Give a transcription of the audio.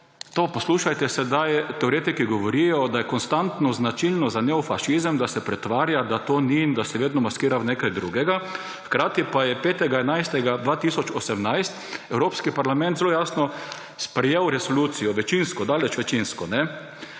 poslušajte: teoretiki govorijo, da je konstantno značilno za neofašizem, da se pretvarja, da to ni in da se vedno maskira v nekaj drugega. Hkrati pa je 5. 11. 2018 Evropski parlament zelo jasno sprejel resolucijo, večinsko, daleč večinsko.